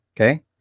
Okay